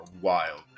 wild